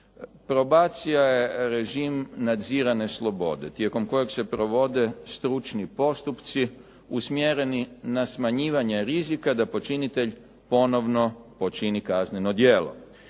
Probacija je režim nadzirane slobode tijekom kojeg se provode stručni postupci usmjereni na smanjivanje rizika da počinitelj ponovno počini kazneno djelo.